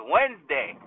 Wednesday